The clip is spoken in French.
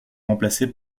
remplacé